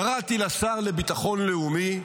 קראתי לשר לביטחון לאומי,